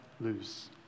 lose